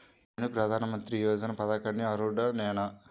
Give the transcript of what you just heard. నేను ప్రధాని మంత్రి యోజన పథకానికి అర్హుడ నేన?